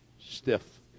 stiff